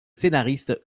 scénariste